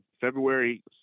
February